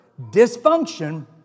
dysfunction